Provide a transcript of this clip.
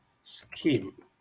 scheme